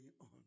on